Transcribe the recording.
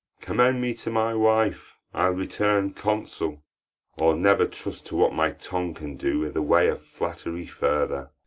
commend me to my wife. i'll return consul or never trust to what my tongue can do i' the way of flattery further.